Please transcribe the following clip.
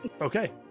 Okay